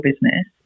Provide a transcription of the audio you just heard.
business